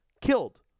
killed